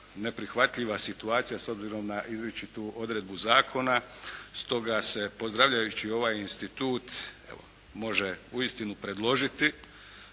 neprihvatljiva situacija s obzirom na izričitu odredbu zakona. Stoga se pozdravljajući ovaj institut može uistinu predložiti,